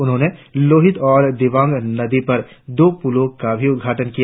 उन्होंने लोहित और दिवांग नदी पर दो पूलों का भी उद्घाटन किया